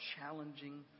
challenging